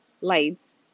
lights